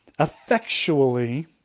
Effectually